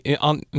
on